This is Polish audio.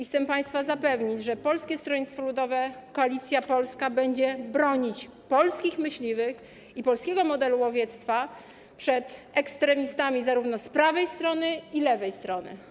Chcę państwa zapewnić, że Polskie Stronnictwo Ludowe, Koalicja Polska będzie bronić polskich myśliwych i polskiego modelu łowiectwa przed ekstremistami zarówno z prawej strony, jak i z lewej strony.